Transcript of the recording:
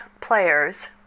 players